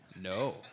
No